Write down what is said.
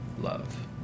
love